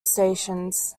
stations